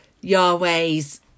Yahweh's